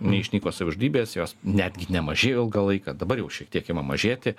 neišnyko savižudybės jos netgi nemažėjo ilgą laiką dabar jau šiek tiek ima mažėti